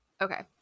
okay